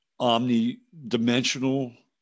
omnidimensional